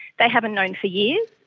they haven't known for years,